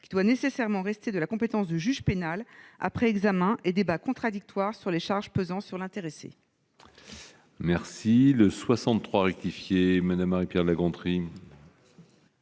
Elle doit nécessairement rester de la compétence du juge pénal, après examen et débat contradictoire sur les charges pesant sur l'intéressé.